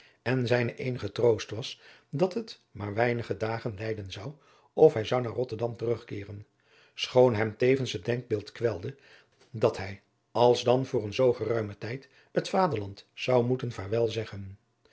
en zijne eenige troost was dat het maar weinige dagen lijden zou of hij zou naar rotterdam terugkeeren schoon hem tevens het denkbeeld kwelde dat hij als dan voor een zoo geruimen tijd het vaderadriaan loosjes pzn het leven van maurits lijnslager land zou moeten vaarwel zeggen